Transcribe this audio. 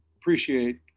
appreciate